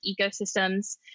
ecosystems